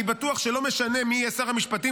אני בטוח שלא משנה מי יהיה שר המשפטים,